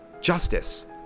justice